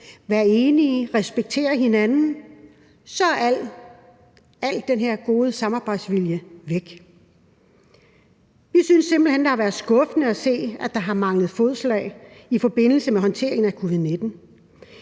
være enige, respektere hinanden, så er al den her gode samarbejdsvilje væk. Vi synes simpelt hen, det har været skuffende at se, at der har manglet fælles fodslag i forbindelse med håndteringen af covid-19.